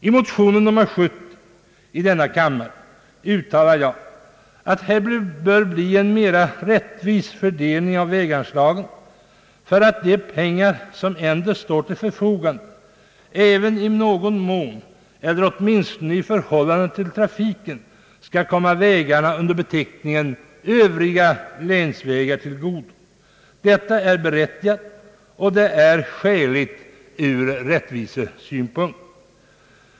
I motionen I: 70 framhåller jag nödvändigheten av en mera rättvis fördelning av väganslagen för att de pengar som ändå står till förfogande även i någon mån eller åtminstone i förhållande till trafiken skall komma vägarna under beteckningen »övriga länsvägar» till godo. Detta är berättigat och skäligt ur rättvisesynpunkt.